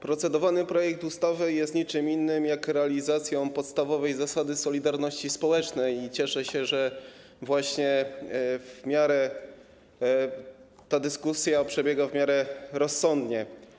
Procedowany projekt ustawy jest niczym innym jak realizacją podstawowej zasady solidarności społecznej i cieszę się, że dyskusja przebiega w miarę rozsądnie.